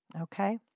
Okay